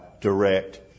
direct